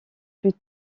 plus